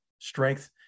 Strength